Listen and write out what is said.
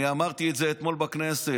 אני אמרתי את זה אתמול בכנסת.